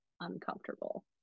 uncomfortable